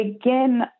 again